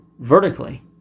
vertically